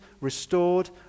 restored